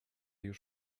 już